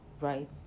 right